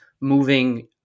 moving